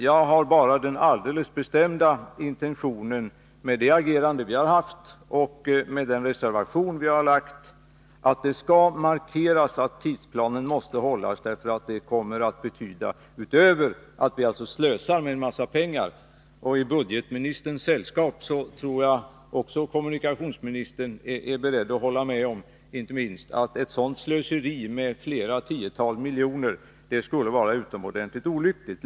Jag har bara den alldeles bestämda intentionen — och det är vad som ligger bakom vårt agerande och vår reservation — att markera att tidsplanen måste hållas. En tidsutdräkt kommer att få negativa konsekvenser — utöver detta att vi slösar med pengar. Jag tror att också kommunikationsministern, i budgetministerns sällskap, är beredd att hålla med om att ett slöseri med flera tiotals miljoner skulle vara utomordentligt olyckligt.